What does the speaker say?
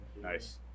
Nice